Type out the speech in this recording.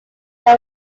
that